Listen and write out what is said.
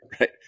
right